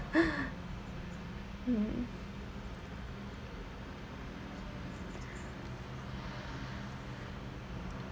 mm